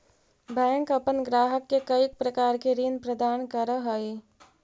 bank अपन ग्राहक के कईक प्रकार के ऋण प्रदान करऽ हइ